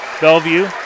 Bellevue